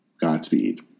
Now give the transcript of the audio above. Godspeed